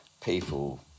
people